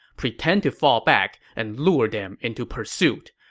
pretend to fall back and lure them into pursuit.